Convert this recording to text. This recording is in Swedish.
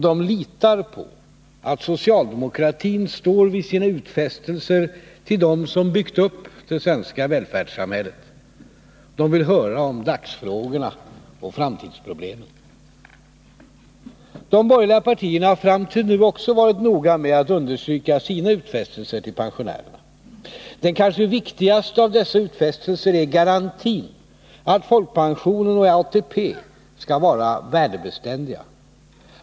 De litar på att socialdemokratin står fast vid sina utfästelser till dem som byggt upp det svenska välfärdssamhället. De vill höra om dagsfrågorna och framtidsproblemen. De borgerliga partierna har fram till nu också varit noga med att understryka sina utfästelser till pensionärerna. Den kanske viktigaste av dessa utfästelser är garantin att folkpensionen och ATP-n skall vara värdebeständiga.